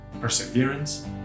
perseverance